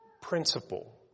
Principle